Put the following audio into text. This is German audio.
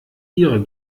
ihrer